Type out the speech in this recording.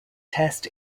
test